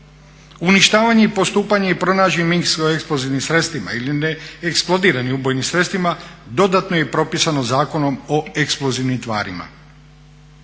Uništavanje i postupanje s pronađenim minsko-eksplozivnim sredstvima ili neeksplodiranim ubojnim sredstvima dodatno je propisano Zakonom o eksplozivnim tvarima.